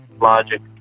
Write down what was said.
Logic